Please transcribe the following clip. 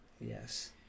Yes